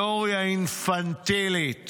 תיאוריה אינפנטילית